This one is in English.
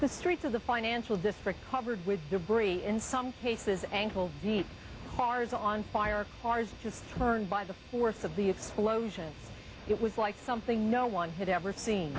the streets of the financial district covered with debris in some cases ankle deep cars on fire cars just burned by the fourth of the explosion it was like something no one had ever seen